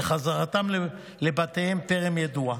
וחזרתם לבתיהם טרם ידועה,